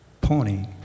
Pony